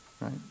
right